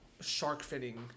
shark-fitting